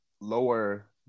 lower